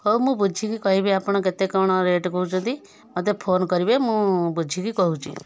ହଉ ମୁଁ ବୁଝିକି କହିବି ଆପଣ କେତେ କ'ଣ ରେଟ୍ କହୁଛନ୍ତି ମୋତେ ଫୋନ୍ କରିବେ ମୁଁ ବୁଝିକି କହୁଛି